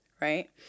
right